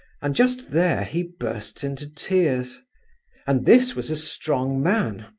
and just there he burst into tears and this was a strong man,